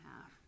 half